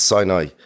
Sinai